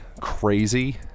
crazy